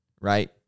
right